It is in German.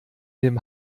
dem